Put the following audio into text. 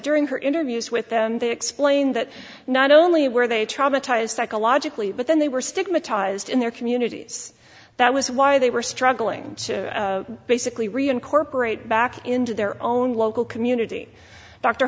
during her interviews with them they explained that not only were they traumatized psychologically but then they were stigmatized in their communities that was why they were struggling to basically reincorporate back into their own local community dr